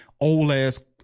old-ass